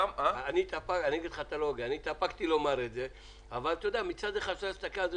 אני התאפקתי לא לומר את זה, אבל אפשר להסתכל על זה